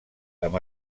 amb